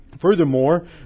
Furthermore